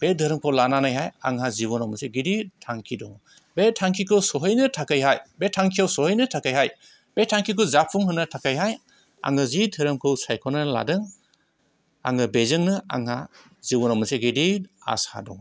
बे धोरोमखौ लानानैहाय आंहा जिबनाव मोनसे गिदिद थांखि दङ बे थांखिखौ सहैनो थाखैहाय बे थांखियाव सहैनो थाखैहाय बे थांखिखौ जाफुंहोनो थाखैहाय आङो जि धोरोमखौ सायख'नानै लादों आङो बेजोंनो आंहा जिबनाव मोनसे गिदिद आसा दङ